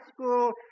school